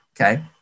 Okay